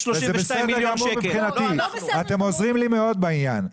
וזה בסדר גמור מבחינתי אתם עוזרים לי מאוד בעניין.